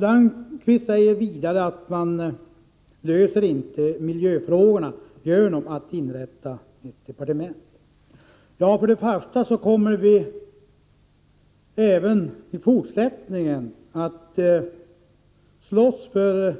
Lönnqvist säger vidare att man inte löser miljöfrågorna genom att inrätta ett departement. Men vi kommer även i fortsättningen att slåss för